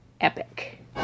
epic